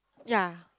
ya